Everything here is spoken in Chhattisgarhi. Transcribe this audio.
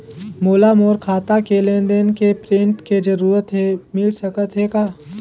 मोला मोर खाता के लेन देन के प्रिंट के जरूरत हे मिल सकत हे का?